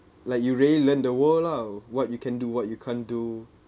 like you really learn the world lah what you can do what you can't do